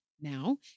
now